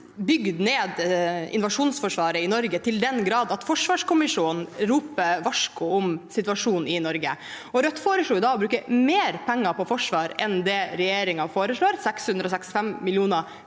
bygd ned invasjonsforsvaret i Norge i den grad at forsvarskommisjonen roper varsko om situasjonen i Norge. Rødt foreslår da å bruke mer penger på forsvar enn det regjeringen foreslår – 665 mill. kr